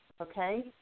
Okay